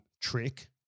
trick